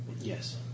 Yes